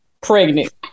pregnant